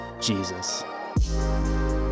Jesus